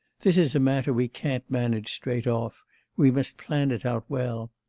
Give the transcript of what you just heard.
this is a matter we can't manage straight off we must plan it out well.